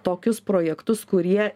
tokius projektus kurie